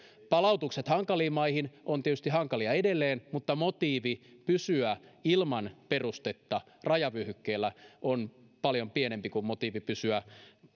palautukset hankaliin maihin ovat tietysti hankalia edelleen mutta motiivi pysyä ilman perustetta rajavyöhykkeellä on paljon pienempi kuin motiivi pysyä